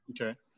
Okay